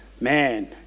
man